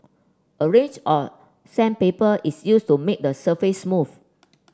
a range of sandpaper is used to make the surface smooth